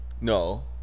No